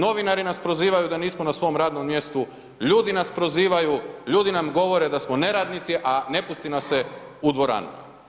Novinari nas prozivaju da nismo na svom radnom mjestu, ljudi nas prozivaju, ljudi nam govore da smo neradnici, a ne pusti nas se u dvoranu.